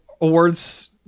awards